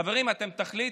חברים, תחליטו,